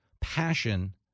passion